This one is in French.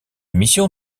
mission